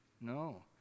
no